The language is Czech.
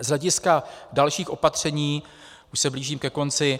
Z hlediska dalších opatření už se blížím ke konci.